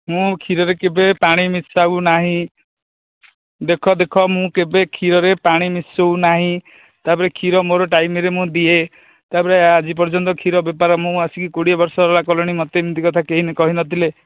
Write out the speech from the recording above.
ମୁଁ କ୍ଷୀରରେ କେବେ ପାଣି ମିଶାଉନାହିଁ ଦେଖ ଦେଖ ମୁଁ କେବେ କ୍ଷୀରରେ ପାଣି ମିଶାଉନାହିଁ ତା'ପରେ କ୍ଷୀର ମୋର ଟାଇମ୍ରେ ମୁଁ ଦିଏ ତା'ପରେ ଆଜି ପର୍ଯ୍ୟନ୍ତ କ୍ଷୀର ବେପାର ମୁଁ ଆସିକି କୋଡ଼ିଏ ବର୍ଷ ହେଲା କଲିଣି ମୋତେ ଏମିତି କଥା କେହିବି କହିନଥିଲେ